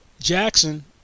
Jackson